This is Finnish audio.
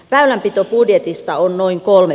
väylänpito budjetista on noin kolme